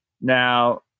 Now